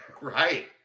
Right